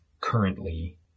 currently